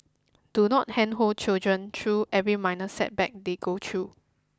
do not handhold children through every minor setback they go through